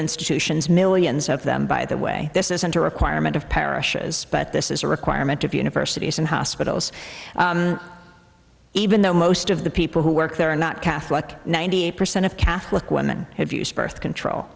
institutions millions of them by the way this isn't a requirement of parachuters but this is a requirement of universities and hospitals even though most of the people who work there are not catholic ninety eight percent of catholic women have used birth control